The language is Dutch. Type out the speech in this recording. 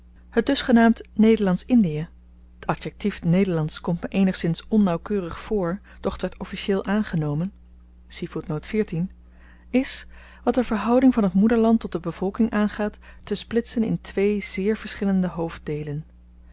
het dusgenaamd nederlandsch indie t adjektief nederlandsch komt me eenigszins onnauwkeurig voor doch t werd officieel aangenomen is wat de verhouding van het moederland tot de bevolking aangaat te splitsen in twee zeer verschillende hoofddeelen